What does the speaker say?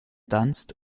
dunst